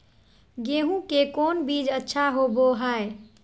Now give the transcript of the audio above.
गेंहू के कौन बीज अच्छा होबो हाय?